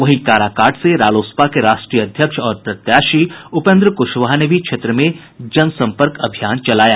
वहीं काराकाट से रालोसपा के राष्ट्रीय अध्यक्ष और प्रत्याशी उपेन्द्र कुशवाहा ने भी क्षेत्र में जनसंपर्क अभियान चलाया